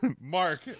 Mark